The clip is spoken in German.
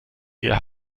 ihr